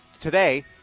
today